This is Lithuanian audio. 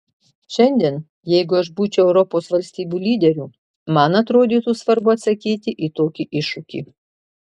šiandien jeigu aš būčiau europos valstybių lyderiu man atrodytų svarbu atsakyti į tokį iššūkį